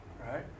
right